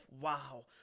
wow